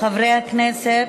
חברי הכנסת,